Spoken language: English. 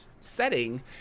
setting